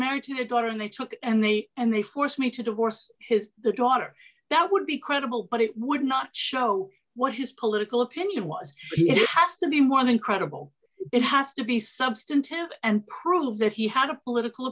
married to a daughter and they took and they and they forced me to divorce his daughter that would be credible but it would not show what his political opinion was it has to be one incredible it has to be substantive and prove that he had a political